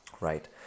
right